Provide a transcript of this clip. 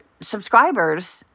subscribers